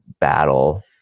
battle